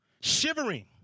shivering